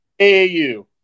AAU